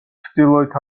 ჩრდილოეთ